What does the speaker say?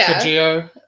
geo